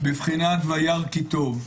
בבחינת וירא כי טוב.